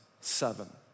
seven